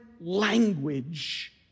language